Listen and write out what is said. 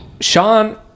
Sean